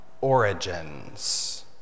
origins